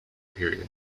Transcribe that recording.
period